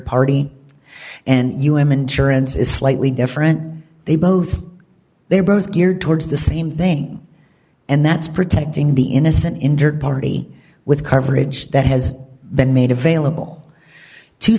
party and un insurance is slightly different they both they're both geared towards the same thing and that's protecting the innocent injured party with coverage that has been made available to